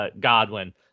Godwin